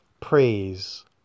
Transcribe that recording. Praise